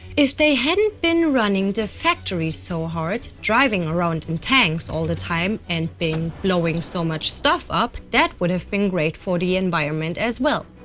if they hadn't been running the factories so hard, driving around in tanks all the time, and been blowing so much stuff up, that would have been great for the environment as well,